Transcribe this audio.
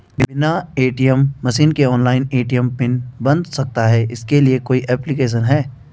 बिना ATM machine के online ATM PIN बन सकता है इसके लिए कोई ऐप्लिकेशन है?